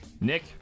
Nick